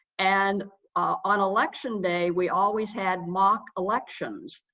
and on election day, we always had mock elections.